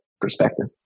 perspective